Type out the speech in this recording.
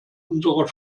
unserer